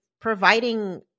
providing